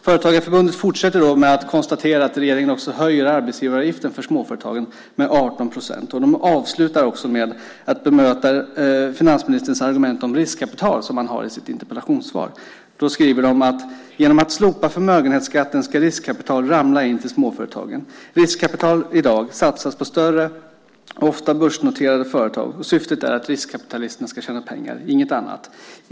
Företagarförbundet fortsätter med att konstatera att regeringen höjer arbetsgivaravgiften för småföretagen med 18 procent. De avslutar med att också bemöta finansministerns argument om riskkapital, som han har i sitt interpellationssvar. Då skriver de: "Genom att slopa förmögenhetsskatten ska riskkapital ramla in till småföretagen. Riskkapital i dag satsas på större, ofta börsnoterade företag och syftet är att riskkapitalisterna ska tjäna pengar - inget annat.